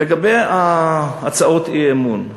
לגבי הצעות האי-אמון,